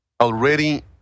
already